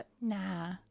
Nah